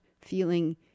feeling